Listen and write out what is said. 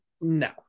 no